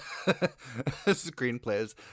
screenplays